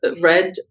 red